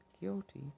guilty